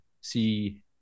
see